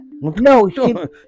no